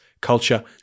culture